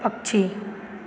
पक्षी